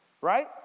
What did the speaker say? right